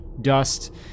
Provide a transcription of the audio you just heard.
dust